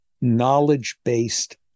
knowledge-based